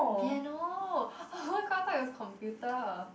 piano oh my god i thought it was computer